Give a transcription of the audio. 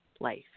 life